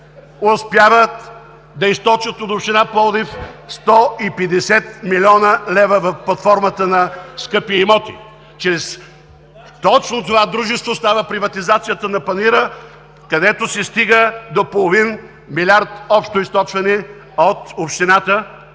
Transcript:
успяват да източат от Община Пловдив 150 млн. лв. под формата на скъпи имоти. Чрез точно това дружество става приватизацията на Панаира, където се стига до половин милиард общо източване от общината